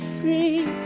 free